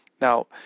Now